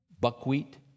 buckwheat